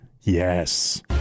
yes